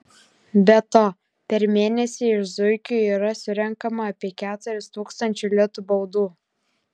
be to per mėnesį iš zuikių yra surenkama apie keturis tūkstančių litų baudų